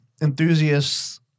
enthusiasts